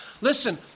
Listen